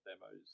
demos